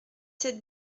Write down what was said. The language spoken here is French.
sept